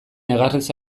negarrez